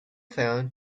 found